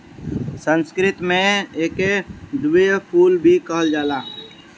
संस्कृत में एके दिव्य फूल भी कहल जाला